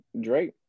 Drake